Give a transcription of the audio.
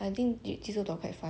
I think 济州岛 quite fun